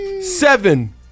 seven